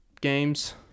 games